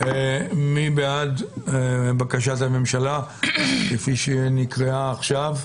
מי בעד בקשת הממשלה, כפי שנקראה עכשיו?